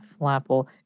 Flapple